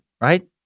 right